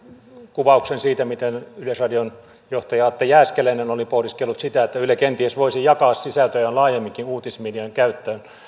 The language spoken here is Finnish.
kuvaukseen siitä miten yleisradion johtaja atte jääskeläinen oli pohdiskellut sitä että yle kenties voisi jakaa sisältöjään laajemminkin uutismedian käyttöön